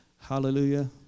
hallelujah